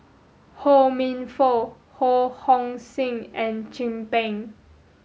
Ho Minfong Ho Hong Sing and Chin Peng